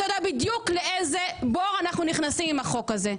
אתה יודע בדיוק לאיזה בור אנחנו נכנסים עם החוק הזה.